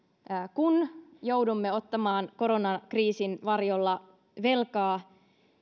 kun joudumme ottamaan koronakriisin varjolla velkaa